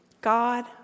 God